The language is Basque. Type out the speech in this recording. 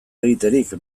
egiterik